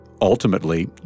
Ultimately